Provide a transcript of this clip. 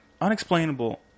unexplainable